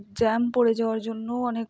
jam পড়ে যাওয়ার জন্যও অনেক